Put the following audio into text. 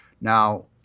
Now